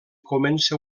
comença